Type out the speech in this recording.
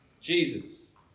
Jesus